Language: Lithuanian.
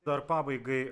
dar pabaigai